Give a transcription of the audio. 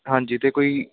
ਹਾਂਜੀ ਅਤੇ ਕੋਈ